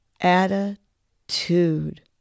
attitude